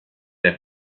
der